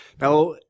Now